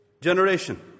generation